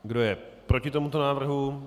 Kdo je proti tomuto návrhu?